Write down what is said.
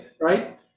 right